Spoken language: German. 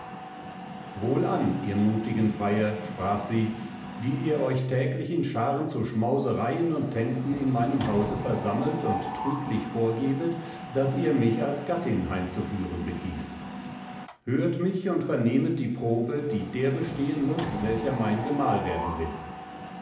wohlan ihr mutigen freier sprach sie die ihr euch täglich in scharen zu schmausereien und tänzen in meinem hause versammelt und trüglich vorgebet daß ihr mich als gattin heimzuführen begehrt hört mich und vernehmet die probe die der bestehen muß welcher mein gemahl werden will